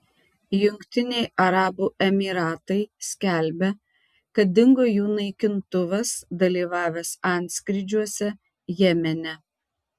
jungtiniai arabų emyratai skelbia kad dingo jų naikintuvas dalyvavęs antskrydžiuose jemene